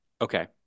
Okay